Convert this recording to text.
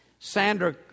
Sandra